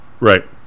Right